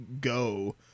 go